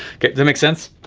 get them make sense.